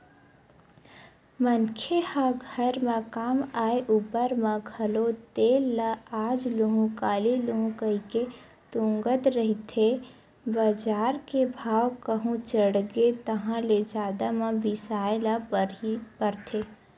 मनखे ह घर म काम आय ऊपर म घलो तेल ल आज लुहूँ काली लुहूँ कहिके तुंगत रहिथे बजार के भाव कहूं चढ़गे ताहले जादा म बिसाय ल परथे